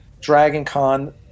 DragonCon